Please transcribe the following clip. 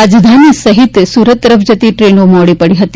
રાજધાની સહિત સુરત તરફ જતી ટ્રેનો મોડી પડી હતી